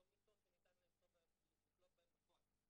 אלה לא מיטות שניתן לקלוט בהם בפועל.